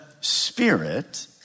Spirit